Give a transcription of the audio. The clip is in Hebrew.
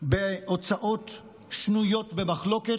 בהוצאות שנויות במחלוקת.